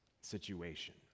situation